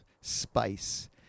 spice